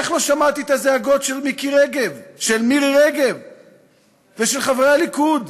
איך לא שמעתי את הזעקות של מירי רגב ושל חברי הליכוד,